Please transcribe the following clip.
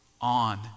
on